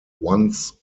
once